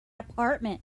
apartment